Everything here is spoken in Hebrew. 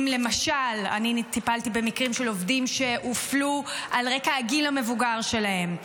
למשל אני טיפלתי במקרים של עובדים שהופלו על רקע הגיל המבוגר שלהם,